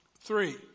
Three